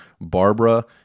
Barbara